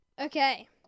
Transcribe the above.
Okay